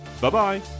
Bye-bye